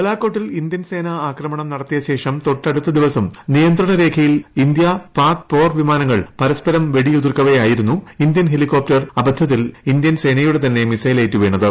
ബലാകോട്ടിൽ Indian സേന ആക്രമണം നടത്തിയ ശേഷം തൊട്ടടുത്ത ദിവസം നിയന്ത്രണ രേഖയിൽ ഇന്ത്യ പാക് പോർ വിമാനങ്ങൾ പരസ്പരം വെടിയുതിർക്കവെയായിരുന്നു ഇന്ത്യൻ ഹെലികോപ്റ്റർ അബദ്ധത്തിൽ ഇന്ത്യൻ സേനയുടെ തന്നെ മിസൈലേറ്റുവീണത്